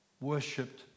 worshipped